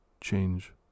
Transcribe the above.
change